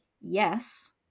yes